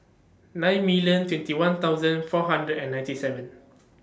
nine million twenty one thousand four hundred and ninety seven